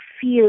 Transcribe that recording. feel